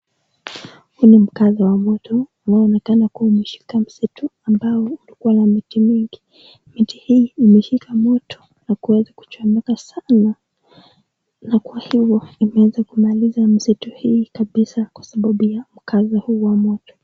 Huu ni mkaza wa moto unaonekana kuwa umeshika msitu ambao ulikuwa na miti mingi. Miti hii imeshika moto na kuweza kuchomeka sana na kwa hivyo imeanza kumaliza msitu hii kabisa kwa sababu ya mkaza huu wa moto.